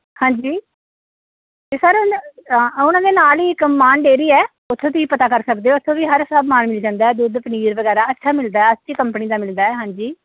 ਹਾਂਜੀ ਅਤੇ ਸਰ ਉਨ ਉਹਨਾਂ ਦੇ ਨਾਲ ਹੀ ਇੱਕ ਮਾਨ ਡੇਅਰੀ ਹੈ ਉੱਥੇ ਤੁਸੀਂ ਪਤਾ ਕਰ ਸਕਦੇ ਹੋ ਉੱਥੋਂ ਵੀ ਹਰ ਸਾਮਾਨ ਮਿਲ ਜਾਂਦਾ ਦੁੱਧ ਪਨੀਰ ਵਗੈਰਾ ਅੱਛਾ ਮਿਲਦਾ ਅੱਛੀ ਕੰਪਨੀ ਦਾ ਮਿਲਦਾ ਹਾਂਜੀ